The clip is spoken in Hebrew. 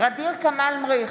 ע'דיר כמאל מריח,